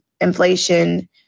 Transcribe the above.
inflation